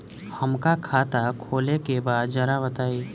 हमका खाता खोले के बा जरा बताई?